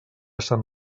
sant